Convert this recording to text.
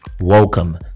welcome